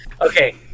Okay